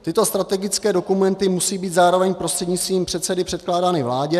Tyto strategické dokumenty musí být zároveň prostřednictvím předsedy předkládány vládě.